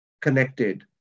connected